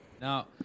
Now